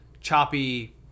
choppy